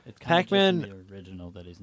Pac-Man